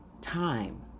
time